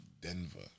Denver